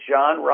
John